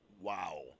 Wow